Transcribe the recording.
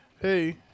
Hey